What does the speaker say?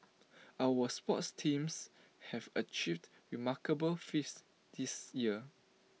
our sports teams have achieved remarkable feats this year